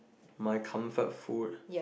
my comfort food